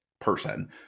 person